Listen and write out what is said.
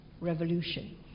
Revolution